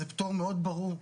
זה פטור מאוד ברור.